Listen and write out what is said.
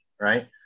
right